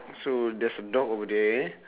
so that's a dog over there